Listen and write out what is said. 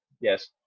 Yes